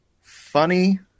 Funny